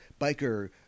biker